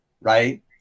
right